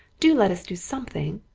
do let us do something!